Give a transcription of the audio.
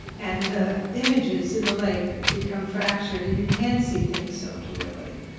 and the images in the lake become fractured, and you can't see things so clearly.